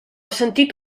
sentit